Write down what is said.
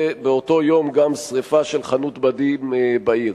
ובאותו יום גם שרפה של חנות בדים בעיר.